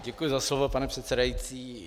Děkuji za slovo, pane předsedající.